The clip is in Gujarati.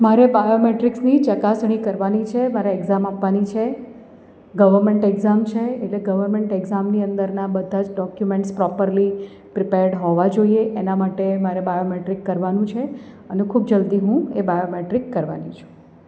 મારે બાયોમેટ્રીક્સની ચકાસણી કરવાની છે મારે એક્ઝામ આપવાની છે ગવર્મેન્ટ એક્ઝામ છે એટલે ગવર્મેન્ટ એક્ઝામની અંદરના બધા જ ડોક્યુમેન્ટ્સ પ્રોપરલી પ્રિપેર્ડ હોવા જોઈએ એના માટે મારે બાયોમેટ્રિક કરવાનું છે અને ખૂબ જલ્દી હું એ બાયોમેટ્રિક કરવાની છું